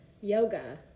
yoga